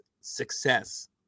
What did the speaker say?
success